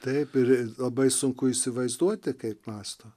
taip ir labai sunku įsivaizduoti kaip mąsto